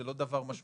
זה לא דבר משמעותי,